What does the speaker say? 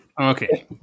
Okay